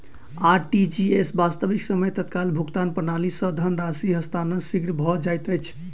RTGS, वास्तविक समय तत्काल भुगतान प्रणाली, सॅ धन राशि हस्तांतरण शीघ्र भ जाइत अछि